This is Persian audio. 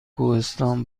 کوهستان